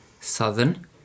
southern